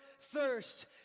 thirst